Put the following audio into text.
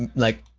like,